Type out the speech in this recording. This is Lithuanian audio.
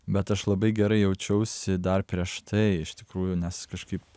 bet aš labai gerai jaučiausi dar prieš tai iš tikrųjų nes kažkaip